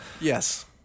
Yes